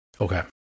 Okay